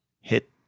hit